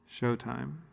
Showtime